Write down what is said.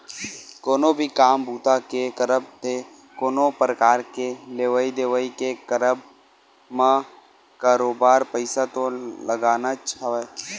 कोनो भी काम बूता के करब ते कोनो परकार के लेवइ देवइ के करब म बरोबर पइसा तो लगनाच हवय